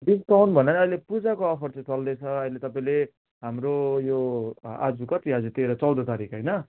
discount भनेेर अहिले पूजाको अफर चाहिँ चल्दैछ अहिले तपाईँले हाम्रो यो आज कति आज तेह्र चौध तारिक होइन